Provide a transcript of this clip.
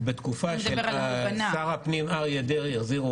ובתקופה של שר הפנים אריה דרעי החזירו